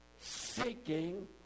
seeking